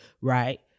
right